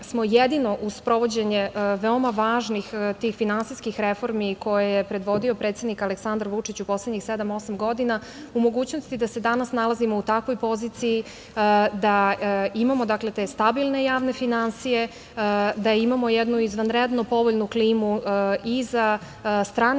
smo jedino uz sprovođenje veoma važnih finansijskih reformi, koje je predvodio predsednik Aleksandar Vučić u poslednjih sedam, osam godina, u mogućnosti da se danas nalazimo u takvoj poziciji da imamo te stabilne javne finansije, da imamo jednu izvanredno povoljnu klimu i za strane